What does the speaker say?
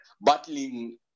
battling